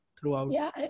throughout